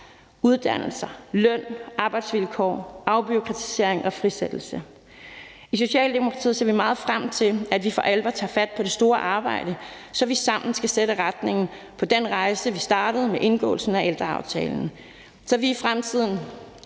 uddannelse, løn, arbejdsvilkår, afbureaukratisering og frisættelse. I Socialdemokratiet ser vi meget frem til, at vi for alvor tager fat på det store arbejde, så vi sammen skal sætte retningen på den rejse, vi startede med indgåelsen af ældreaftalen, og så vi i fremtiden